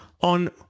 on